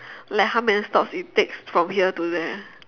like how many stops it takes from here to there